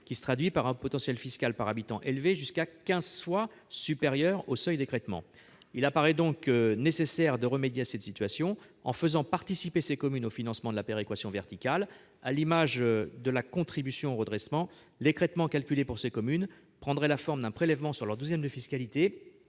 qui se traduit par un potentiel fiscal par habitant élevé, lequel peut être quinze fois supérieur au seuil d'écrêtement. Il paraît donc nécessaire de remédier à cette situation en faisant participer ces communes au financement de la péréquation verticale. À l'image de la contribution au redressement des finances publiques, l'écrêtement calculé pour ces communes prendrait la forme d'un prélèvement sur leurs douzièmes de fiscalité.